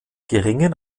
geringen